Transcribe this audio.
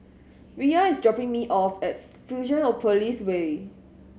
Riya is dropping me off at Fusionopolis Way